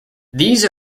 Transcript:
these